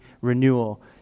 renewal